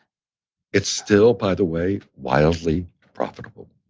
it's still, by the way, wildly profitable.